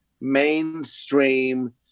mainstream